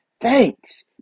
Thanks